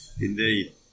Indeed